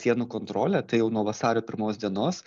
sienų kontrolę tai jau nuo vasario pirmos dienos